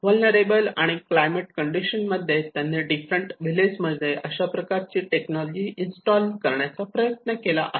vulnerable आणि climate condition मध्ये त्यांनी डिफरंट व्हिलेज मध्ये अशा प्रकारची टेक्नॉलॉजी इंस्टॉल करण्याचा प्रयत्न केला आहे